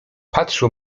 patrzył